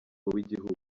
wigihugu